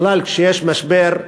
בכלל, כשיש משבר,